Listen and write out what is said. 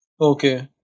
Okay